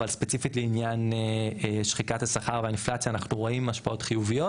אבל ספציפית לעניין שחיקת השכר והאינפלציה אנחנו רואים השפעות חיוביות.